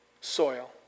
Soil